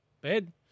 bed